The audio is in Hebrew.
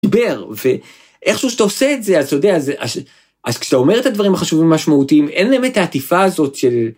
דבר ואיכשהו שאתה עושה את זה אז אתה יודע זה אז כשאתה אומר את הדברים החשובים משמעותיים אין להם את העטיפה הזאת של